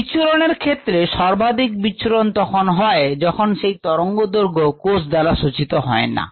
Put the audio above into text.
বিচ্ছুরণএর ক্ষেত্রে সর্বাধিক বিচ্ছুরণ তখন হয় যখন সেই তরঙ্গদৈর্ঘ্য কোষ দ্বারা শোষিত হয় না